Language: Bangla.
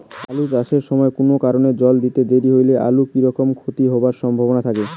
আলু চাষ এর সময় কুনো কারণে জল দিতে দেরি হইলে আলুর কি রকম ক্ষতি হবার সম্ভবনা থাকে?